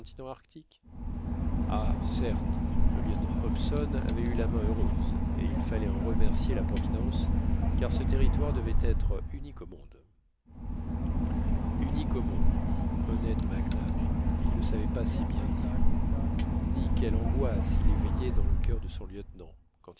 arctique ah certes le lieutenant hobson avait eu la main heureuse et il fallait en remercier la providence car ce territoire devait être unique au monde unique au monde honnête mac nap il ne savait pas si bien dire ni quelles angoisses il éveillait dans le coeur de son lieutenant